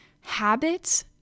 habits